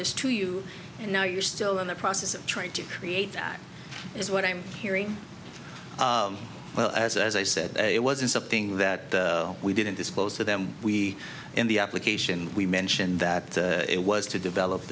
this to you and now you're still in the process of trying to create that is what i'm hearing well as i said it wasn't something that we didn't disclose to them we in the application we mentioned that it was to develop